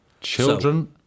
Children